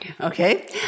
Okay